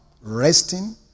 resting